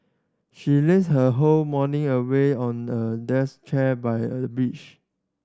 she lazed her whole morning away on a chair by a beach